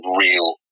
real